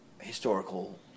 historical